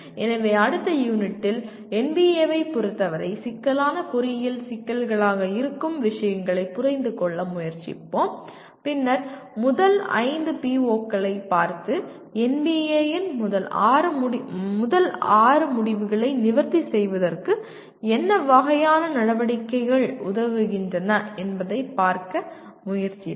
எனவே அடுத்த யூனிட்டில் NBAவை பொருத்தவரை சிக்கலான பொறியியல் சிக்கல்களாக இருக்கும் விஷயங்களை புரிந்துகொள்ள முயற்சிப்போம் பின்னர் முதல் ஐந்து PO களைப் பார்த்து NBA இன் முதல் ஆறு முடிவுகளை நிவர்த்தி செய்வதற்கு என்ன வகையான நடவடிக்கைகள் உதவுகின்றன என்பதைப் பார்க்க முயற்சிப்போம்